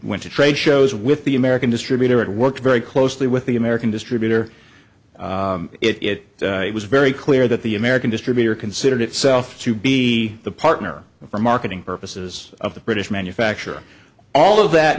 went to trade shows with the american distributor it worked very closely with the american distributor it was very clear that the american distributor considered itself to be the partner for marketing purposes of the british manufacture all of that